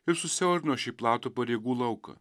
ir susiaurino šį platų pareigų lauką